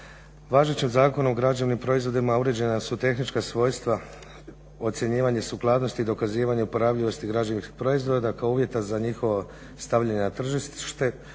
Važećem Zakonu o građevnim proizvodima uređena su tehnička svojstva ocjenjivanje sukladnosti i dokazivanje uporabljivosti građevinskih proizvoda kao uvjeta za njihovo stavljanje na tržište.